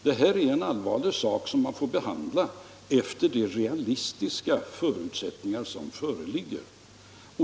Det här är en allvarlig sak som man får behandla efter de realistiska förutsättningar som föreligger.